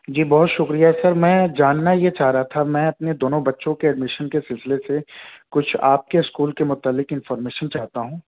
جی بہت شکریہ سر میں جاننا یہ چاہ رہا تھا میں اپنے دونوں بچوں کے ایڈمیشن کے سلسلے سے کچھ آپ کے اسکول کے متعلق انفارمیشن چاہتا ہوں